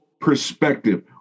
perspective